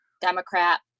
Democrat